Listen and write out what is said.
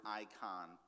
icon